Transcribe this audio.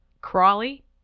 Crawley